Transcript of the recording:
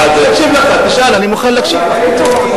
תשאל, אני מוכן להקשיב לך.